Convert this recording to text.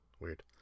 Weird